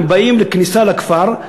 הם באים לכניסה לכפר,